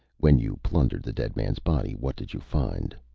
when you plundered the dead man's body, what did you find?